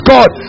God